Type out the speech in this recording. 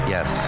Yes